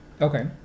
Okay